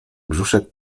brzuszek